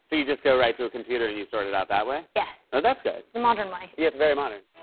so you just go right to a computer and you sort it out that way? yeah. well that's good. it's the modern way. yeah, it's very modern.